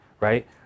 right